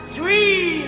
Three